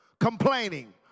complaining